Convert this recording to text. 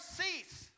cease